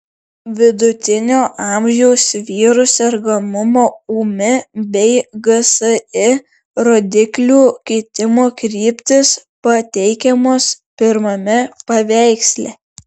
vidutinio amžiaus vyrų sergamumo ūmi bei gsi rodiklių kitimo kryptys pateikiamos pirmame paveiksle